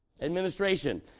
Administration